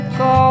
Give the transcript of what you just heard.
go